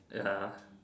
ya